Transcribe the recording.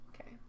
Okay